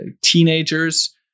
teenagers